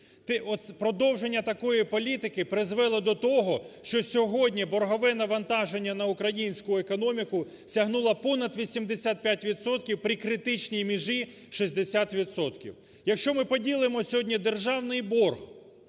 продовження такої політики призвело до того, що сьогодні боргове навантаження на українську економіку сягнуло понад 85 відсотків при критичній межі 60 відсотків. Якщо ми поділимо сьогодні державний борг